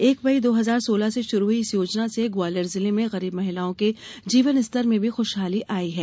एक मई दो हजार सोलह से शुरू हई इस योजना से ग्वालियर जिले में गरीब महिलाओं के जीवन स्तर में भी खुशहाली आई है